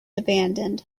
abandoned